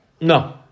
No